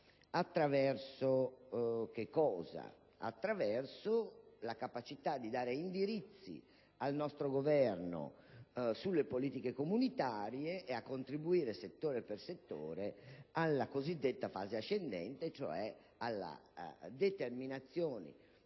attraverso la capacità di dare indirizzi al nostro Governo sulle politiche comunitarie, e a contribuire, settore per settore, alla cosiddetta fase ascendente, cioè alla determinazione